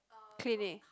clinic